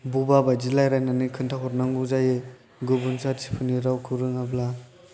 बबा बायदि रायज्लायनानै खिन्था हरनांगौ जायो गुबुन जाथिफोरनि रावखौ रोङाब्ला